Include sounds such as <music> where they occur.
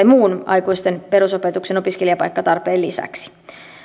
<unintelligible> muun aikuisten perusopetuksen opiskelijapaikkatarpeen lisäksi